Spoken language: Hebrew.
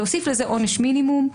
להוסיף לזה עונש מינימום,